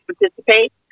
participate